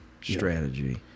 strategy